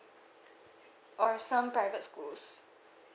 or some private schools